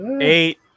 eight